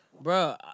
Bro